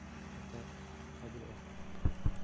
ꯑꯝꯇ ꯍꯥꯏꯕꯤꯔꯛꯑꯣ